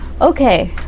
Okay